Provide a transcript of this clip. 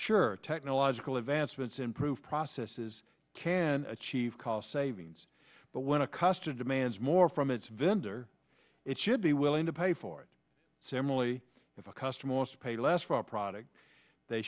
sure technological advancements improved processes can achieve cost savings but when a customer demands more from its vendor it should be willing to pay for it similarly if a customer lost pay less for a product they